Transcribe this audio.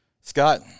Scott